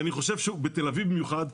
בתל אביב במיוחד,